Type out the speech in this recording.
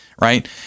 right